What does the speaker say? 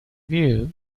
view